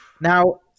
Now